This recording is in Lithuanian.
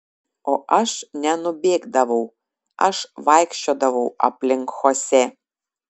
o aš nenubėgdavau aš vaikščiodavau aplink chosė